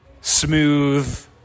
smooth